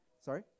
Sorry